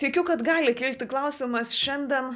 tikiu kad gali kilti klausimas šiandien